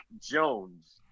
Jones